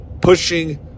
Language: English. pushing